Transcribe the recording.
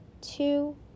two